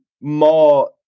more